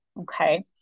okay